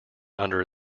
under